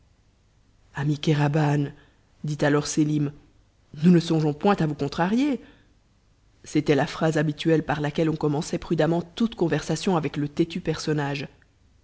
ami kéraban dit alors sélim nous ne songeons point à vous contrarier c'était la phrase habituelle par laquelle on commençait prudemment toute conversation avec le têtu personnage